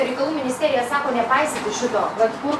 reikalų ministerija sako nepaisyti šito vat kur